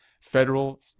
federal